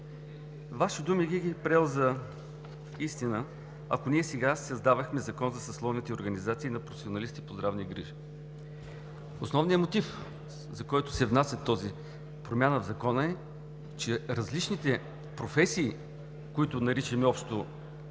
Вашите думи бих ги приел за истина, ако ние сега създавахме Закон за съсловните организации на професионалистите по здравни грижи. Основният мотив, за който се внася тази промяна в Закона, е, че различните професии, които наричаме общо